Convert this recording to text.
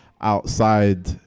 outside